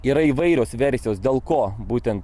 yra įvairios versijos dėl ko būtent